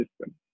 system